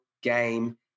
game